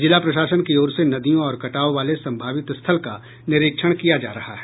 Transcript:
जिला प्रशासन की ओर से नदियों और कटाव वाले सम्भावित स्थल का निरीक्षण किया जा रहा है